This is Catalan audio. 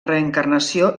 reencarnació